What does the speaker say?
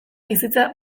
bizitza